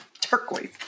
turquoise